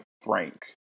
frank